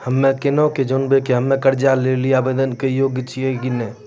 हम्मे केना के जानबै कि हम्मे कर्जा लै लेली आवेदन दै के योग्य छियै कि नै?